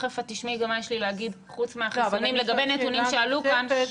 תיכף את תשמעי גם מה יש לי להגיד חוץ מהחיסונים לגבי נתונים שעלו כאן.